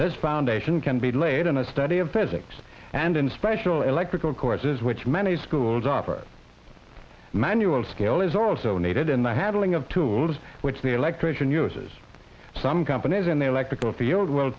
that foundation can be laid in a study of physics and in special electrical courses which many schools offer manual skill is also needed and i had a link of tools which the electrician uses some companies in the electrical field will